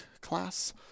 class